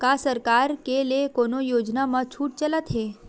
का सरकार के ले कोनो योजना म छुट चलत हे?